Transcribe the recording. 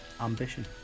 ambition